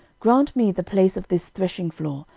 grant me the place of this threshingfloor,